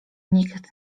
nikt